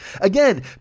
Again